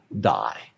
die